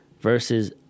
versus